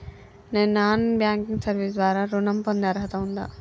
నేను non banking service ద్వారా ఋణం పొందే అర్హత ఉందా?